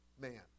man